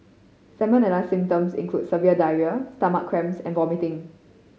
salmonella symptoms include severe diarrhoea stomach cramps and vomiting